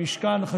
א.